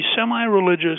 semi-religious